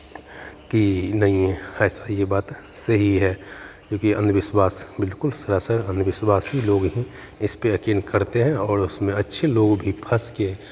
कि नहीं ऐसा ये बात सही है क्योंकि अंधविश्वास बिल्कुल सरासर अंधविश्वासी लोग ही इसपे यकीन करते हैं और उसमें अच्छे लोग भी फँस के